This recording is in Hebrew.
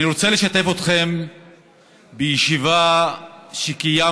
אני רוצה לשתף אתכם בישיבה שקיימנו,